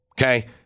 Okay